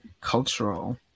cultural